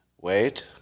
Wait